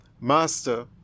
Master